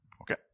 Okay